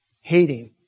hating